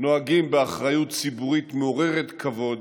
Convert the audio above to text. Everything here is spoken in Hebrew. נוהגים באחריות ציבורית מעוררת כבוד,